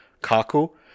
Kaku